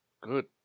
Good